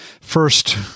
first